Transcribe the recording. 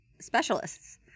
specialists